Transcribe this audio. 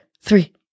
three